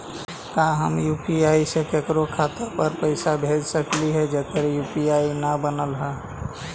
का हम यु.पी.आई से केकरो खाता पर पैसा भेज सकली हे जेकर यु.पी.आई न बनल है?